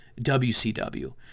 WCW